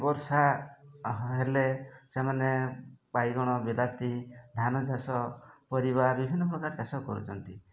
ବର୍ଷା ହେଲେ ସେମାନେ ବାଇଗଣ ବିଲାତି ଧାନ ଚାଷ ପରିବା ବିଭିନ୍ନ ପ୍ରକାର ଚାଷ କରୁଛନ୍ତି